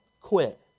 quit